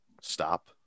stop